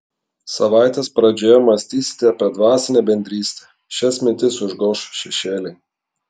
savaitės pradžioje mąstysite apie dvasinę bendrystę šias mintis užgoš šešėliai